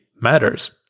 matters